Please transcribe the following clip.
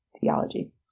theology